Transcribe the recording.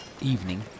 evening